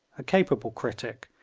a capable critic,